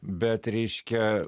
bet reiškia